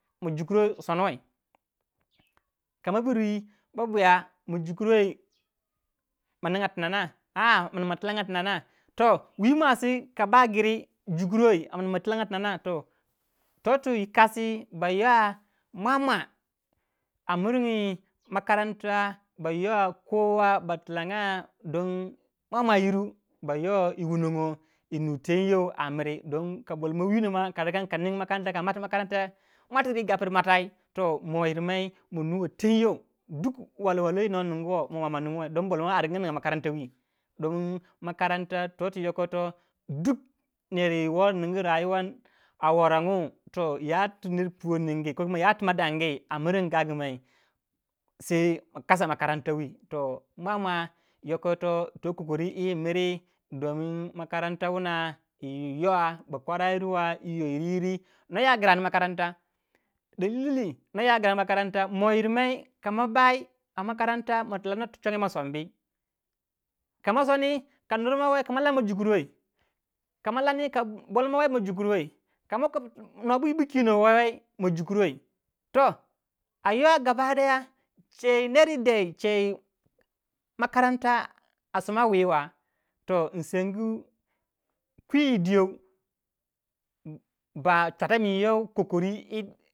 Ka ma biri bobuya ma jukruwei ma ninga tina na, mapinga tina na yo muasi ka ba gri jukruwei kin matilanga tina na to twi yi kasi ba ywa mwamwa a makaranta ywa kowa ba tilannga don mmwamwa yiru ding tono yu nu tenyou ka boimo winon mua ka mati muatri gapri matai manuwei ten you, woi wara wu noh ningu momua ma ningu wei. b don boimo a minga makaranta to twi to kotitoh neru woh ningu awazane yati mer puwei ningu ko yatiner dongu ma makas makaranatwi mua mua yoko yito to makaranta mer don awarane yi yua bokwarayir ya yi to yir yiri. no ya grani makarantawai moh yi mei ka ma bai matilano chongoyou tima sonbui. ka ma soni ka nurmo wai kana ma jukur wei. koma lani ka bolmo wei ma jukur wei, ha makaranat nobu bu kino wei ma jukur wei toh a yua makaranat che makaranta a soma whi wa toh in sengu kwi wu diyow ba chuatomin you yi de.